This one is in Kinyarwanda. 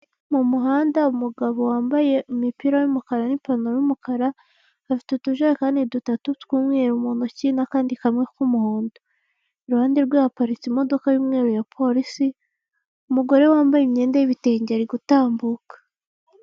Mu muhanda umugabo wambaye imipira y'umukara n'ipantaro y'umukara afite utujerekani dutatu tw'umweru mu ntoki n'akandi kamwe k'umuhondo, iruhande rwe haparitse imodoka y'umweru ya polisi umugore wambaye imyenda y'ibitenge ari gutambuka.